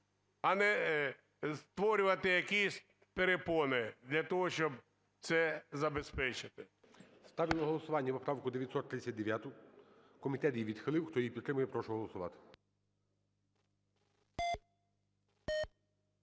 а не створювати якісь перепони для того, щоб це забезпечити. ГОЛОВУЮЧИЙ. Ставлю на голосування поправку 939. Комітет її відхилив. Хто її підтримує, прошу голосувати.